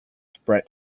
spread